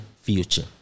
future